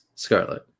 Scarlet